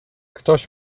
ktoś